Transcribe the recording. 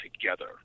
together